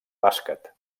bàsquet